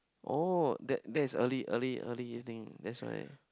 oh that that is early early early evening that's why